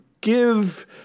give